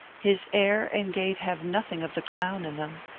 his air and gait have nothing of the clown in them.